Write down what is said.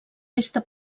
resta